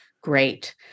great